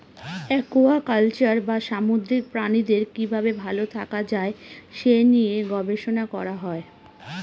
aquaculture বা সামুদ্রিক প্রাণীদের কি ভাবে ভালো থাকা যায় সে নিয়ে গবেষণা করা হয়